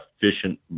efficient